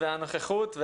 והנוכחות,